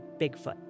Bigfoot